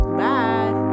bye